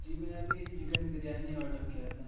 جی میں ابھی chicken biryani order کیا تھا